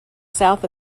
south